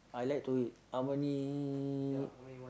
I lied to him I'm only